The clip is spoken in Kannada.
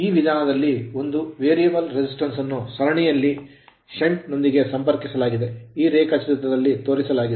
ಈ ವಿಧಾನದಲ್ಲಿ ಒಂದು variable resistance ವೇರಿಯಬಲ್ ರೆಸಿಸ್ಟೆನ್ಸ್ ಅನ್ನು ಸರಣಿಯಲ್ಲಿ shunt field ಷಂಟ್ ಫೀಲ್ಡ್ ನೊಂದಿಗೆ ಸಂಪರ್ಕಿಸಲಾಗಿದೆ ಈ ರೇಖಾಚಿತ್ರದಲ್ಲಿ ತೋರಿಸಲಾಗಿದೆ